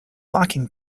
locking